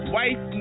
wife